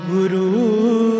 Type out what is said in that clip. Guru